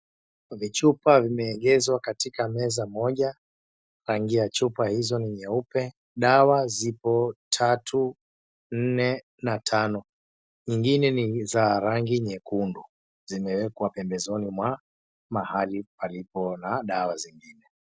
Vichupa vimeegezwa katika meza moja. Rangi ya chupa hizo ni nyeupe . Dawa zipo tatu, nne na tano. Zingine ni za rangi nyekundu; zimewekwa pembezoni mahali palipo na dawa zingine.